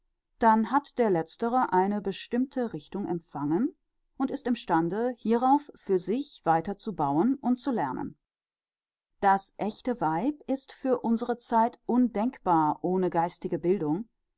dann hat der letztere eine bestimmte richtung empfangen und ist im stande hierauf für sich weiter zu bauen und zu lernen das ächte weib ist für unsere zeit undenkbar ohne geistige bildung